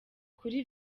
kuri